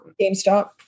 GameStop